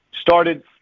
started